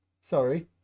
Sorry